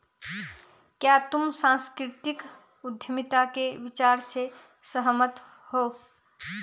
क्या तुम सांस्कृतिक उद्यमिता के विचार से सहमत हो?